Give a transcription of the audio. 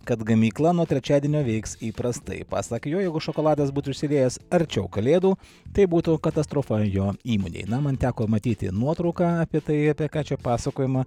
kad gamykla nuo trečiadienio veiks įprastai pasak jo jeigu šokoladas būtų išsiliejęs arčiau kalėdų tai būtų katastrofa jo įmonei na man teko matyti nuotrauką apie tai apie ką čia pasakojama